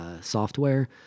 software